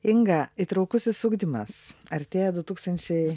inga įtraukusis ugdymas artėja du tūkstančiai